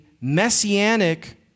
messianic